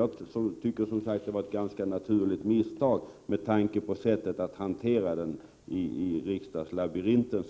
Jag tyckte snarare att det var ett ganska naturligt misstag med hänsyn till sättet att hantera denna fråga i riksdagslabyrinten.